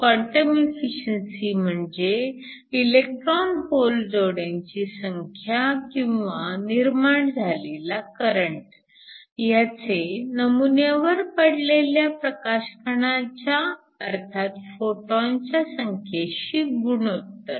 quantum efficiency म्हणजे electron hole जोड्यांची संख्या किंवा निर्माण झालेला करंट ह्याचे नमुन्यावर पडलेल्या प्रकाशकणांच्या अर्थात फोटॉनच्या संख्येशी गुणोत्तर